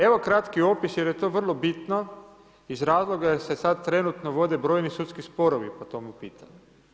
Evo kratko opis jer je to vrlo bitno iz razloga jer se sada trenutno vode brojni sudski sporovi po tomu pitanju.